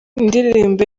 indirimbo